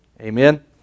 Amen